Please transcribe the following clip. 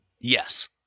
Yes